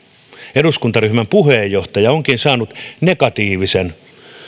eduskuntaryhmän puheenjohtaja onkin saanut negatiivisen